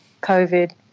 COVID